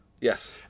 Yes